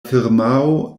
firmao